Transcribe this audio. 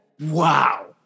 Wow